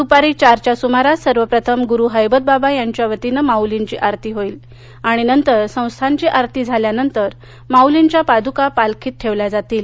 दुपारी चार च्या सुमारास सर्वप्रथम गुरु हैबतबाबा यांच्यावतीनं माऊलींची आरती होईल आणि नंतर संस्थानची आरती झाल्यानंतर माउलींच्या पादुका पालखीत ठेवल्या जातील